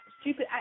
stupid